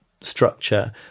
structure